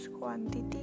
Quantity